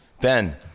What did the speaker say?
Ben